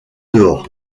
dehors